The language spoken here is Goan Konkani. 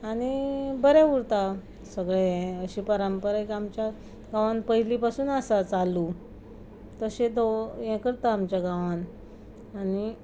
आनी बरें उरता सगलें हें अशी परंपरा आमच्या गांवांन पयलीं पासून आसा चालू तशें द हें करता आमच्या गांवांन